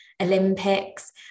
Olympics